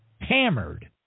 hammered